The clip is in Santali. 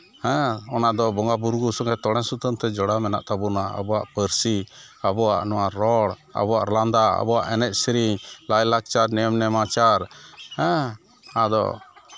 ᱦᱮᱸ ᱚᱱᱟᱫᱚ ᱵᱚᱸᱜᱟᱼᱵᱳᱨᱳ ᱥᱚᱝᱜᱮᱛᱮ ᱛᱚᱲᱮ ᱥᱩᱛᱟᱹᱢ ᱛᱮ ᱡᱚᱲᱟᱣ ᱢᱮᱱᱟᱜ ᱛᱟᱵᱳᱱᱟ ᱟᱵᱚᱣᱟᱜ ᱯᱟᱹᱨᱥᱤ ᱟᱵᱚᱣᱟᱜ ᱱᱚᱣᱟ ᱨᱚᱲ ᱟᱵᱚᱣᱟᱜ ᱞᱟᱸᱫᱟ ᱟᱵᱚᱣᱟᱜ ᱮᱱᱮᱡ ᱥᱮᱨᱮᱧ ᱞᱟᱭᱼᱞᱟᱠᱪᱟᱨ ᱱᱤᱭᱚᱢ ᱱᱮᱢᱟᱪᱟᱨ ᱦᱮᱸ ᱟᱫᱚ